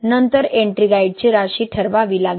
नंतर एट्रिंगाइटची राशी ठरवावी लागेल